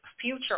future